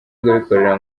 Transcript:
rw’abikorera